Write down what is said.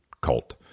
cult